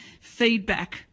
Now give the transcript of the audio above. feedback